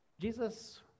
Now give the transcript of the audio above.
Jesus